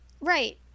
Right